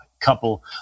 couple